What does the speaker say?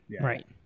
right